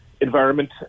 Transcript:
Environment